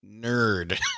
nerd